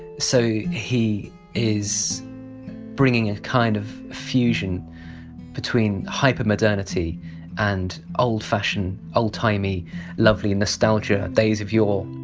so he is bringing a kind of fusion between hyper modernity and old fashion old timey lovely nostalgia days of yore.